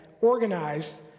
organized